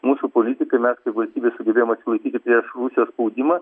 mūsų politikai mes kaip valstybė sugebėjom atsilaikyti prieš rusijos spaudimą